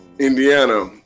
Indiana